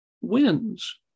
wins